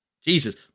Jesus